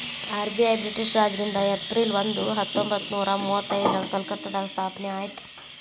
RBI British ರಾಜನಿಂದ April ಒಂದ ಹತ್ತೊಂಬತ್ತನೂರ ಮುವತ್ತೈದ್ರಾಗ ಕಲ್ಕತ್ತಾದಾಗ ಸ್ಥಾಪನೆ ಆಯ್ತ್